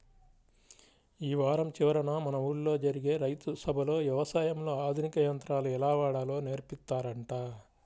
యీ వారం చివరన మన ఊల్లో జరిగే రైతు సభలో యవసాయంలో ఆధునిక యంత్రాలు ఎలా వాడాలో నేర్పిత్తారంట